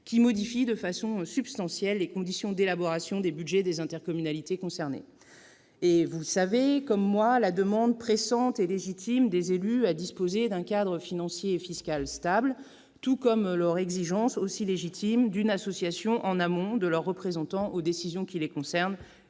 qui modifient de façon substantielle les conditions d'élaboration des budgets des intercommunalités concernées. Vous connaissez, comme moi, la demande pressante et légitime des élus à disposer d'un cadre financier et fiscal stable, tout comme leur exigence, également légitime, d'une association en amont de leurs représentants aux décisions qui les concernent